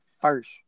first